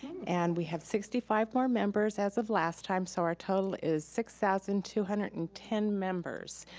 and and we have sixty five more members as of last time, so our total is six thousand two hundred and ten members.